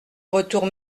retour